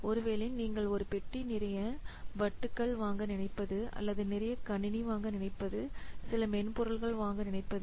ஒருவேளை நீங்கள் ஒரு பெட்டி நிறைய வட்டுகள் வாங்க நினைப்பது அல்லது நிறைய கணினி வாங்க நினைப்பது சில மென்பொருள்கள் வாங்க நினைப்பது